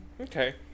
Okay